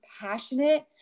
passionate